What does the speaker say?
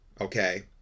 okay